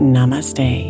Namaste